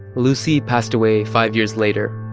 lucie passed away five years later.